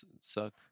suck